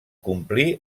complir